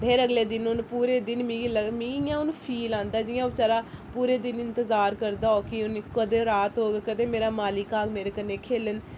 फिर अगलें दिन उन्न पूरे दिन मिगी लगदा मि इ'यां हून फील आंदा जियां बचैरा पूरे दिन इंतजार करदा होग कि कदें रात होग कदें मेरा मालक आग मेरे कन्नै खेलग